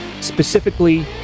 specifically